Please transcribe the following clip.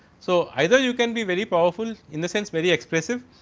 so, either you can be very powerful in the sense very expressive,